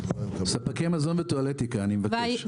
ספקי מזון וטואלטיקה, אני מבקש.